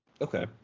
Okay